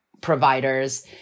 providers